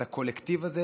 את הקולקטיב הזה,